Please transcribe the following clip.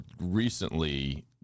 recently